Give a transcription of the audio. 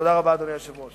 תודה רבה, אדוני היושב-ראש.